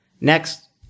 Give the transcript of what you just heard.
Next